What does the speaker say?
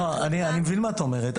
אני מבין מה את אומרת,